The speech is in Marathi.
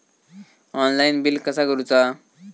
ऑनलाइन बिल कसा करुचा?